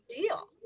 deal